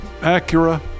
Acura